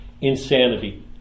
insanity